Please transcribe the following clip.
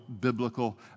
biblical